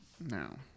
No